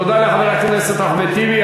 תודה לחבר הכנסת אחמד טיבי.